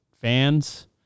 fans